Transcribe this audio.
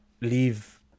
leave